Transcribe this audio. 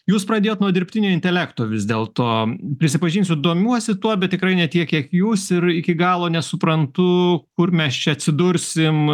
jūs pradėjot nuo dirbtinio intelekto vis dėlto prisipažinsiu domiuosi tuo bet tikrai ne tiek kiek jūs ir iki galo nesuprantu kur mes čia atsidursim